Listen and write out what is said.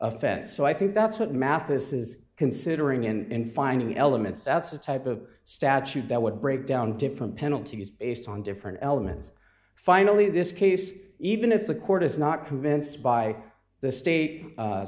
offense so i think that's what mathis is considering and finding elements that's a type of statute that would break down different penalties based on different elements finally this case even if the court is not convinced by the state